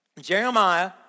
Jeremiah